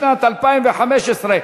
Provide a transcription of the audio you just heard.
לשנת 2015,